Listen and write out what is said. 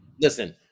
listen